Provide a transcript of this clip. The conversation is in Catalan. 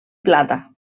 plata